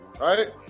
right